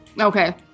Okay